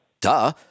duh